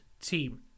team